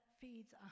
feeds